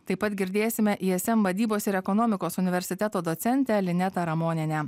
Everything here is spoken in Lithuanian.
taip pat girdėsime ism vadybos ir ekonomikos universiteto docentę linetą ramonienę